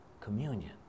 communion